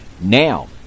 Now